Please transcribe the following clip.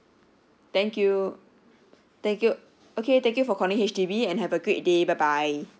thank you thank you okay thank you for calling H_D_B and have a great day bye bye